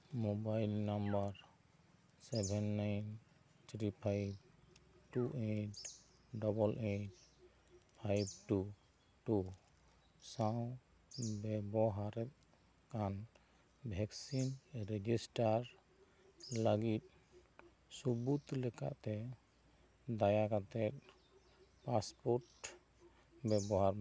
mobile number seven nine three five two eight double eight five two two ᱥᱟᱶ ᱵᱮᱵᱚᱦᱟᱨᱮᱫ ᱠᱟᱱ vaccine register ᱞᱟᱹᱜᱤᱫ ᱥᱟᱹᱵᱩᱫᱽ ᱞᱮᱠᱟᱛᱮ ᱫᱟᱭᱟ ᱠᱟᱛᱮᱫ ᱯᱟᱥᱯᱳᱨᱴ ᱵᱮᱵᱚᱦᱟᱨ ᱢᱮ